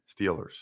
Steelers